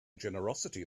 generosity